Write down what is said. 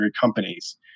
companies